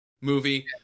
movie